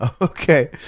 Okay